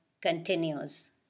continues